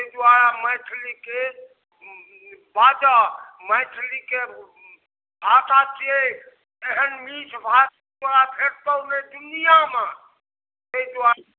ताहि दुआरे मैथिलीके बाजऽ मैथिलीके भाषा छिए एहन मिठ भाषा तोरा भेटतौ नहि दुनिआमे ताहि दुआरे